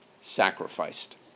sacrificed